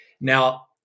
Now